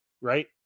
right